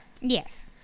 Yes